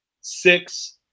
six